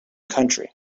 country